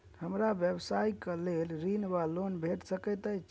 हमरा व्यवसाय कऽ लेल ऋण वा लोन भेट सकैत अछि?